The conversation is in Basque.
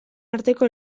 arteko